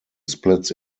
splits